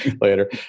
later